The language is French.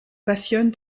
passionne